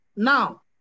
Now